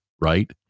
right